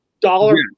dollar